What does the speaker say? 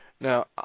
Now